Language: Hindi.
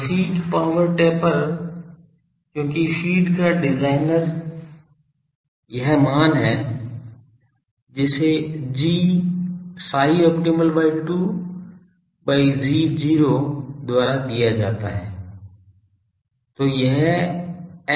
तो फीड पॉवर टेपर क्योंकि फीड का डिज़ाइनर यह मान है जिसे gψopt by 2 by g द्वारा दिया जाएगा